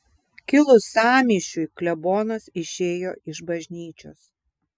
kilus sąmyšiui klebonas išėjo iš bažnyčios